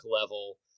level